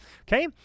Okay